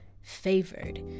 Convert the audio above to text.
favored